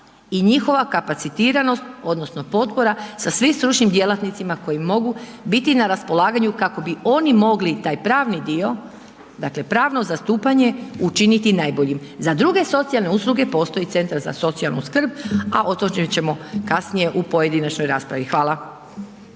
i njihova kapacitiranost odnosno potpora sa svim stručnim djelatnicima koji mogu biti na raspolaganju kako bi oni mogli taj pravni dio, dakle pravno zastupanje učiniti najboljim. Za druge socijalne usluge postoji centar za socijalnu skrb, a o tome ćemo kasnije u pojedinačnoj raspravi. Hvala.